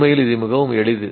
உண்மையில் இது மிகவும் எளிது